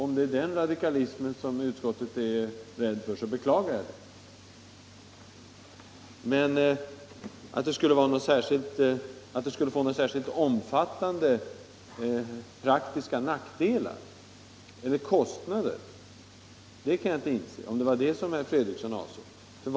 Om det är den radikalismen som man i utskottet är rädd för beklagar jag det. Men att det skulle få några särskilt omfattande praktiska nackdelar eller dra några stora kostnader kan jag inte inse, om det var det herr Fredriksson avsåg.